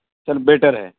سر better ہے